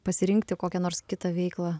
pasirinkti kokią nors kitą veiklą